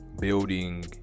building